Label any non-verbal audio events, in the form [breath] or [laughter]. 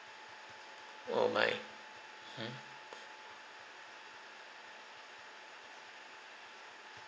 oh my hmm [breath]